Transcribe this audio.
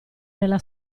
nella